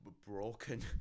broken